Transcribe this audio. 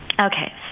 Okay